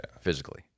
Physically